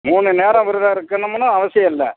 மூணு நேரம் விரதம் இருக்குணுன்னா அவசியம் இல்லை